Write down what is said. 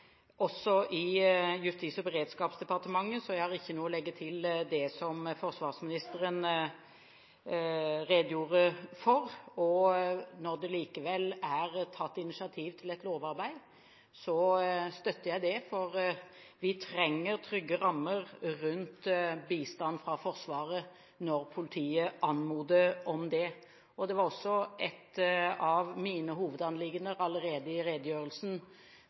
jeg har ikke noe å legge til det som forsvarsministeren redegjorde for. Når det likevel er tatt initiativ til et lovarbeid, støtter jeg det, for vi trenger trygge rammer rundt bistand fra Forsvaret når politiet anmoder om det. Det var også et av mine hovedanliggender allerede i redegjørelsen